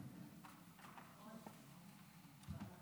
בבקשה.